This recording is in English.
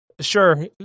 sure